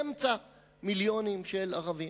באמצע מיליונים של ערבים.